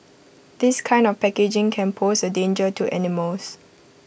this kind of packaging can pose A danger to animals